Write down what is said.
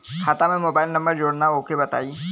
खाता में mobile number जोड़ना ओके बताई?